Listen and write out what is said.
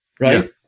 right